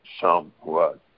somewhat